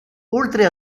oltre